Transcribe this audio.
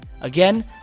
again